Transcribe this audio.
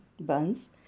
buns